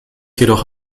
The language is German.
jedoch